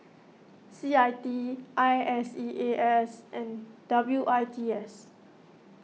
C I T I I S E A S and W I T S